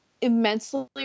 immensely